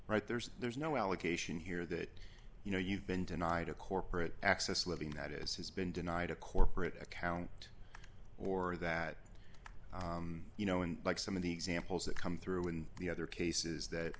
right there's there's no allegation here that you know you've been denied a corporate access living that is has been denied a corporate account or that you know and like some of the examples that come through in the other cases that